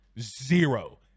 Zero